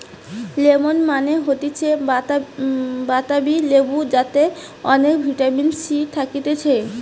lemon মানে হতিছে বাতাবি লেবু যাতে অনেক ভিটামিন সি থাকতিছে